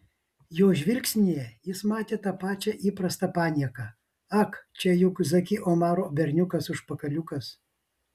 jo žvilgsnyje jis matė tą pačią įprastą panieką ak čia juk zaki omaro berniukas užpakaliukas